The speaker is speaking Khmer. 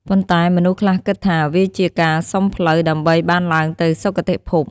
ប៉ុន្តែមនុស្សខ្លះគិតថា វាជាការសុំផ្លូវ ដើម្បីបានឡើងទៅសុគតិភព។